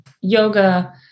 yoga